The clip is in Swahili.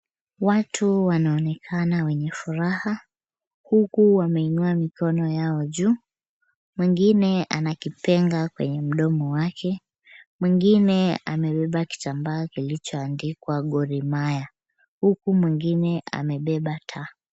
Watu wanaonekana wenye furaha, huku wameinua mikono yao juu, mwingine ana kipenga kwenye mdomo wake, mwingine amebeba kitambaa kilicho andikwa Gor Mahia, huku mwingine amebeba taa.